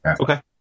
Okay